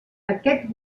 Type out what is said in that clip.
aquest